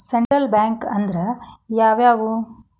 Central bank ಅಂದ್ರ ಯಾವ್ಯಾವು?